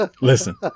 listen